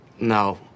No